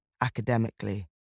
academically